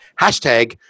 Hashtag